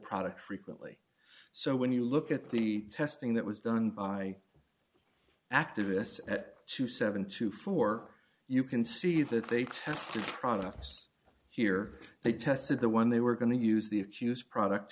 product frequently so when you look at the testing that was done by activists at twenty seven to four you can see that they tested products here they tested the one they were going to use the excuse product